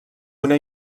una